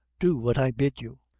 do what i bid you.